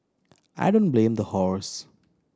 I don't blame the horse